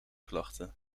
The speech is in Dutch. klachten